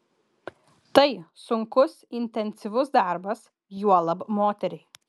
tai sunkus intensyvus darbas juolab moteriai